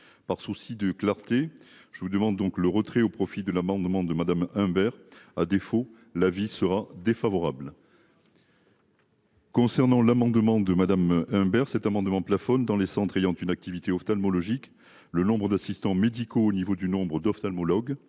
par souci de clarté, je vous demande donc le retrait au profit de l'amendement de Madame Imbert à défaut l'avis sera défavorable. Concernant l'amendement de Madame Imbert, cet amendement plafonne dans les centres ayant une activité ophtalmologique le nombre d'assistants médicaux, au niveau du nombre d'ophtalmologues.